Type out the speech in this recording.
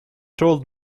told